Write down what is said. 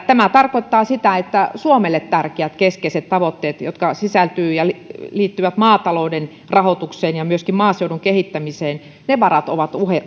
tämä tarkoittaa sitä että suomelle tärkeät keskeiset tavoitteet jotka liittyvät maatalouden rahoitukseen ja myöskin maaseudun kehittämiseen ja niihin liittyvät varat ovat